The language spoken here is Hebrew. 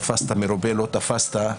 תפסת מרובה- לא תפסת.